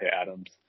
Adams